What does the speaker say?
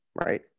right